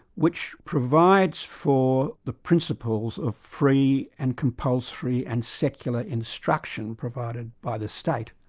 which provides for the principles of free and compulsory and secular instruction provided by the state,